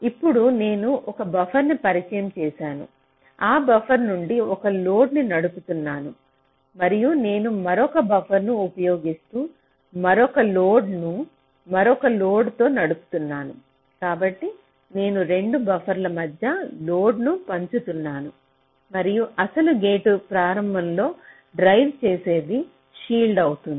ఇప్పుడు నేను ఒక బఫర్ను పరిచయం చేశాను ఆ బఫర్ నుండి ఒక లోడ్ను నడుపుతున్నాను మరియు నేను మరొక బఫర్ను ఉపయోగిస్తు మరొక లోడ్ను మరొక లోడ్తో నడుపుతున్నాను కాబట్టి నేను 2 బఫర్ల మధ్య లోడ్ను పంచుతున్నాను మరియు అసలు గేట్ ప్రారంభంలో డ్రైవ్ చేసేది ఫీల్డ్ అవుతుంది